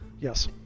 Yes